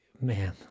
man